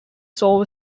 saw